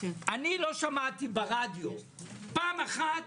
אני לא שמעתי ברדיו פעם אחת